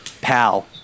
pal